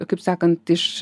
kaip sakant iš